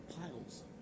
Piles